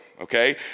Okay